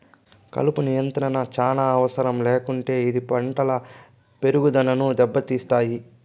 కలుపు నియంత్రణ చానా అవసరం లేకుంటే ఇది పంటల పెరుగుదనను దెబ్బతీస్తాయి